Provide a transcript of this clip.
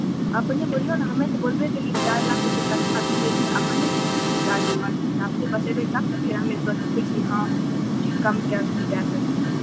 अपने बोलियौ ने हम्मे तऽ बोलबे केलियै चारि लाख रुपे कट्ठा बिकै छै अपनेके की बिचार बिमर्श छै अपने बतेबै तब ने फेर हमे सोचबै कि हॅं किछु कम कए कऽ भी दै सकै छियै